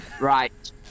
Right